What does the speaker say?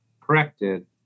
corrected